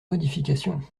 modification